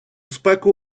спеку